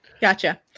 Gotcha